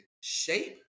shape